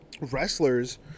wrestlers